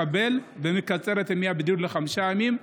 מקבל ומקצר את ימי הבידוד לחמישה ימים,